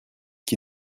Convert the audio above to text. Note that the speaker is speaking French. qui